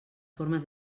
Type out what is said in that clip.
formes